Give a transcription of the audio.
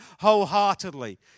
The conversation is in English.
wholeheartedly